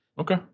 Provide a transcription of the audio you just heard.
Okay